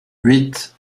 huit